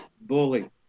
bully